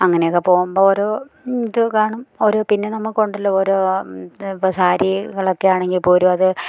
അങ്ങനെയൊക്കെ പോകുമ്പോൾ ഓരോ ഇത് കാണും ഓരോ പിന്നെ നമുക്കൊണ്ടല്ലോ ഓരോ ഇപ്പം സാരികളൊക്കെ ആണെങ്കിൽ പോലും അത്